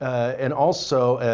and also,